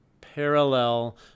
parallel